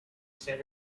set